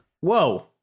Whoa